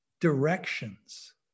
directions